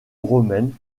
romaine